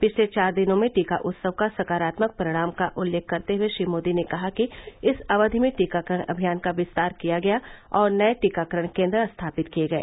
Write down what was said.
पिछले चार दिनों में टीका उत्सव का सकारात्मक परिणाम का उल्लेख करते हुए श्री मोदी ने कहा कि इस अवधि में टीकाकरण अभियान का विस्तार किया गया और नए टीकाकरण केन्द्र स्थापित किए गए